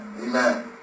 Amen